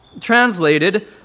translated